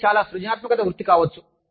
ఇది చాలా సృజనాత్మక వృత్తి కావచ్చు